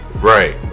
Right